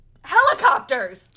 helicopters